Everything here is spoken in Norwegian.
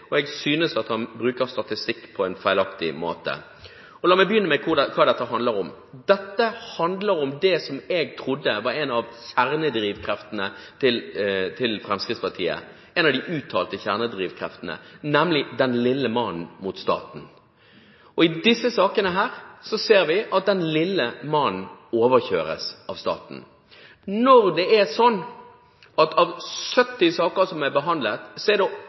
og jeg synes at han bruker statistikk på en feilaktig måte. La meg begynne med hva dette handler om: Dette handler om det som jeg trodde var en av de uttalte kjernedrivkreftene til Fremskrittspartiet, nemlig den lille mannen mot staten. I disse sakene ser vi at den lille mannen overkjøres av staten. Når det av 70 saker som er behandlet, er knapt 50 saker hvor staten endrer sin oppfatning av hva som er